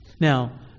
Now